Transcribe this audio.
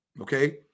okay